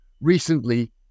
Recently